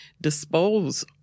dispose